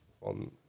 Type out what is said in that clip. on